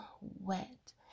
wet